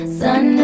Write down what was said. sun